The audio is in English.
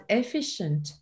efficient